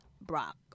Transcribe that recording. Brock